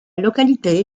localité